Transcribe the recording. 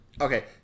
Okay